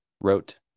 wrote